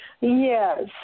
Yes